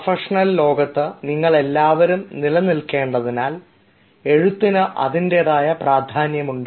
professional ലോകത്ത് നിങ്ങളെല്ലാവരും നിലനിൽക്കേണ്ടതിനാൽ എഴുത്തിന് അതിൻറെതായ പ്രാധാന്യമുണ്ട്